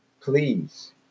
please